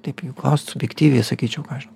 taip jeigu klaust subjektyviai sakyčiau ką žinau